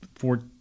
Four